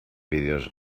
vídeos